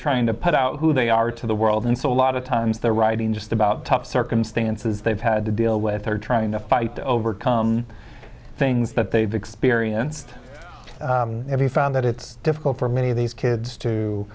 trying to put out who they are to the world and so a lot of times they're writing just about tough circumstances they've had to deal with or trying to fight to overcome things that they've experienced if you found that it's difficult for many of these kids to